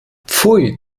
pfui